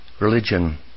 religion